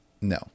No